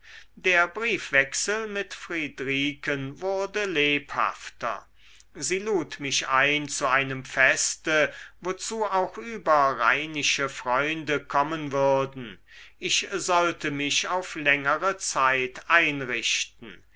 der briefwechsel mit friedriken wurde lebhafter sie lud mich ein zu einem feste wozu auch überrheinische freunde kommen würden ich sollte mich auf längere zeit einrichten